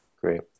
Great